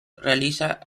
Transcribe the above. realiza